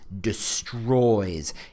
destroys